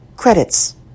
Credits